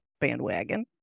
bandwagon